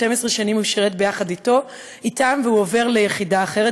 12 שנים הוא שירת יחד אתם והוא עובר ליחידה אחרת,